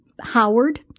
howard